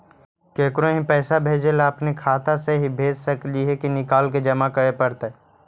केकरो ही पैसा भेजे ल अपने खाता से ही भेज सकली हे की निकाल के जमा कराए पड़तइ?